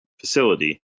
facility